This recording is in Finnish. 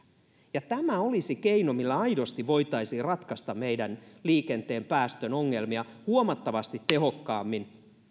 ja tämä olisi keino millä aidosti voitaisiin ratkaista meidän liikenteen päästön ongelmia huomattavasti tehokkaammin